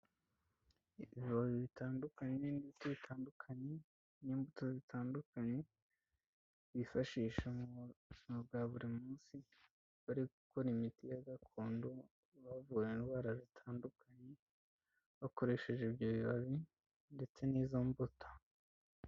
Ibibabi bitandukanye n'ibiti bitandukanye n'imbuto zitandukanye, bifashisha mu buzima bwa buri munsi bari gukora imiti ya gakondo. Bavura indwara zitandukanye bakoresheje ibyo bibabi ndetse n'izo mbuto.